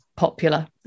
popular